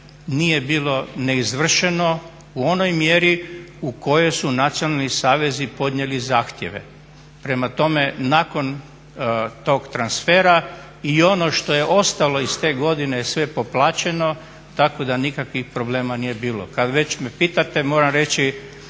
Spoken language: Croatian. nije bilo neizvršeno u onoj mjeri u kojoj su nacionalni savezi podnijeli zahtjeve. Prema tome, nakon tog transfera i ono što je ostalo iz te godine je sve poplaćeno tako da nikakvih problema nije bilo. Kad već me pitate moram reći